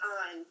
on